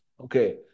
okay